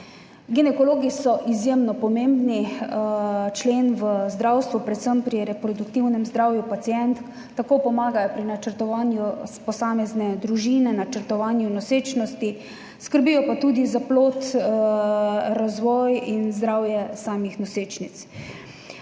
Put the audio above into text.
Ginekologi so izjemno pomemben člen v zdravstvu, predvsem pri reproduktivnem zdravju pacientk, tako pomagajo pri načrtovanju posamezne družine, načrtovanju nosečnosti, skrbijo pa tudi za plod, razvoj in zdravje samih nosečnic.